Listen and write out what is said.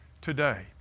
today